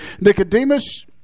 Nicodemus